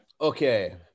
Okay